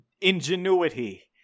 ingenuity